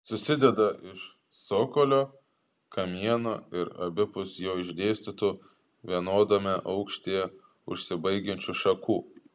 susideda iš cokolio kamieno ir abipus jo išdėstytų vienodame aukštyje užsibaigiančių šakų